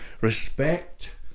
Respect